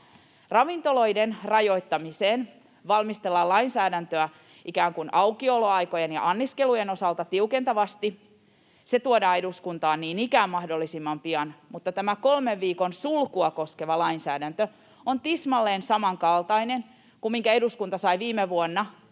Ravintoloiden rajoittamiseen valmistellaan lainsäädäntöä aukioloaikojen ja anniskelujen osalta tiukentavasti. Se tuodaan eduskuntaan niin ikään mahdollisimman pian, mutta tämä kolmen viikon sulkua koskeva lainsäädäntö on tismalleen samankaltainen kuin se, minkä eduskunta sai viime vuonna